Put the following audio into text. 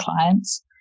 clients